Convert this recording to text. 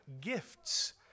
gifts